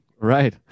right